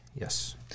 Yes